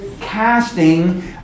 casting